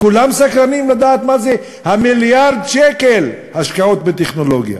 כולם סקרנים לדעת מה זה מיליארד שקל השקעות בטכנולוגיה.